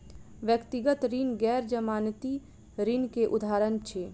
व्यक्तिगत ऋण गैर जमानती ऋण के उदाहरण अछि